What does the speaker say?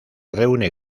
reúne